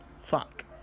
fuck